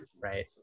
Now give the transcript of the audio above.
Right